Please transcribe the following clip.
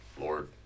Lord